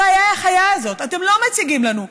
אתם לא מציגים לנו.